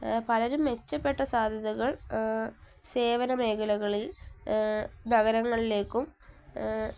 പലരും മെച്ചപ്പെട്ട സാധ്യതകൾ സേവന മേഖലകളിൽ നഗരങ്ങളിലേക്കും